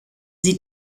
sie